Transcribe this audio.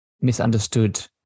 misunderstood